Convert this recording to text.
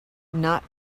not